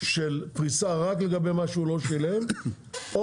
של פריסה רק לגבי מה שהוא לא שילם או